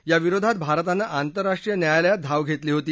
या विरोधात भारतानं आंतरराष्ट्रीय न्यायालयात धाव घेतली होती